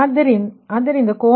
ಆದ್ದರಿಂದ 11